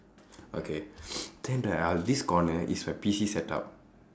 okay then there are this corner is my P_C setup